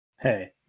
hey